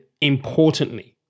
importantly